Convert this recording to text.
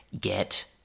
Get